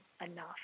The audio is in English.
enough